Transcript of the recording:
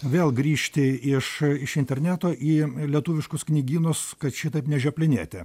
vėl grįžti iš iš interneto į lietuviškus knygynus kad šitaip nežioplinėti